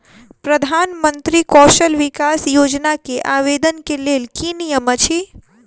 प्रधानमंत्री कौशल विकास योजना केँ आवेदन केँ लेल की नियम अछि?